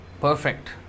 perfect